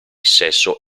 sesso